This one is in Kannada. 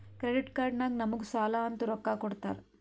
ಕ್ರೆಡಿಟ್ ಕಾರ್ಡ್ ನಾಗ್ ನಮುಗ್ ಸಾಲ ಅಂತ್ ರೊಕ್ಕಾ ಕೊಡ್ತಾರ್